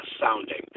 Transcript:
sounding